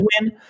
win